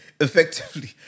effectively